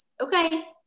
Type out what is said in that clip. okay